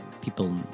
People